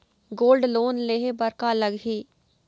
Gold loan लेहे बर का लगही?